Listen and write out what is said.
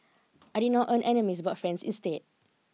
I did not earn enemies but friends instead